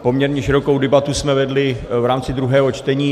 Poměrně širokou debatu jsme vedli v rámci druhého čtení.